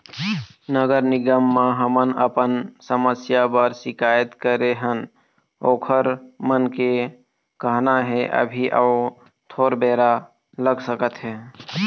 नगर निगम म हमन अपन समस्या बर सिकायत करे हन ओखर मन के कहना हे अभी अउ थोर बेरा लग सकत हे